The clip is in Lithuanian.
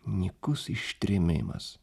nykus ištrėmimas